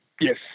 Yes